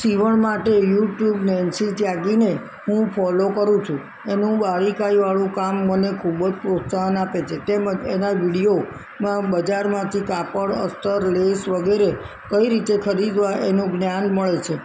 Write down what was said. સિવણ માટે યૂટ્યૂબને જે જાગીને હું ફોલો કરું છું એનું બારીકાઈ વાળુ કામ મને ખૂબ જ પ્રોત્સાહન આપે છે તેમજ એના વિડિયો માં બજારમાંથી કાપડ અસ્તર લેસ વગેરે કઈ રીતે ખરીદવા એનું જ્ઞાન મળે છે